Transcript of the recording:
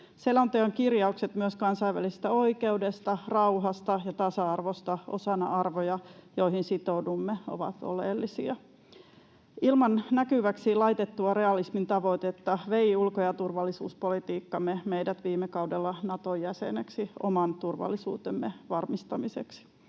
Selonteon kirjaukset myös kansainvälisestä oikeudesta, rauhasta ja tasa-arvosta osana arvoja, joihin sitoudumme, ovat oleellisia. Ilman näkyväksi laitettua realismin tavoitetta ulko- ja turvallisuuspolitiikkamme vei meidät viime kaudella Nato-jäseneksi oman turvallisuutemme varmistamiseksi.